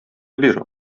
бир